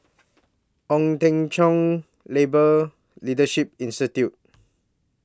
Ong Teng Cheong Labour Leadership Institute